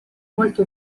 molte